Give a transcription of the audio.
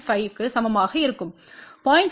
5 க்கு சமமாக இருக்கும் 0